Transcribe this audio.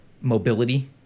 mobility